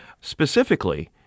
Specifically